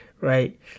right